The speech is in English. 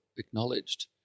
acknowledged